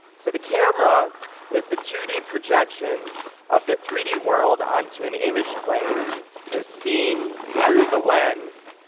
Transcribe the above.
so the camera is the two d projection of the three d world onto an image plane as seen through the lens,